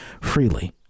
freely